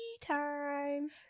time